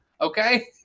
Okay